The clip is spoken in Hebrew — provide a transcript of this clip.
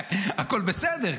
הכול בסדר,